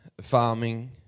farming